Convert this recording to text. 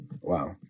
Wow